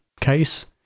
case